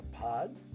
Pod